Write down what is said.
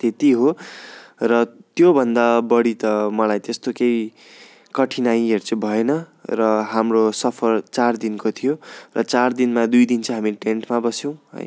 त्यति हो र त्योभन्दा बढी त मलाई त्यस्तो केही कठिनाइहरू चाहिँ भएन र हाम्रो सफर चार दिनको थियो र चार दिनमा दुई दिन चाहिँ हामी टेन्टमा बस्यौँ है